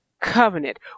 Covenant